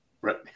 Right